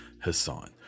Hassan